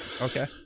okay